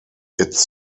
its